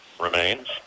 remains